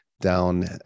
down